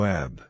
Web